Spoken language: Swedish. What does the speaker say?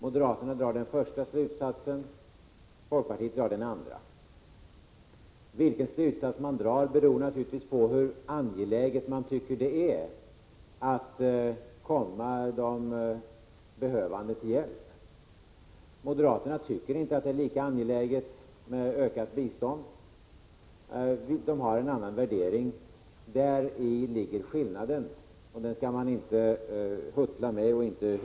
Moderaterna drar den första slutsatsen, folkpartiet drar den andra. Vilken slutsats man drar beror naturligtvis på hur angeläget man tycker att det är att komma de behövande till hjälp. Moderaterna tycker inte att det är lika angeläget med ökat bistånd, de har en annan värdering. Däri ligger skillnaden, och den skall man inte hyckla om.